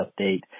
update